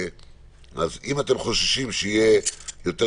הוא אמנם נמצא באזור תיירות